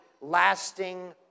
lasting